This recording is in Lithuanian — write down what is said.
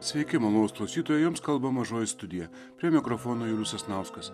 sveiki malonūs klausytojai jums kalba mažoji studija prie mikrofono julius sasnauskas